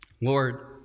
Lord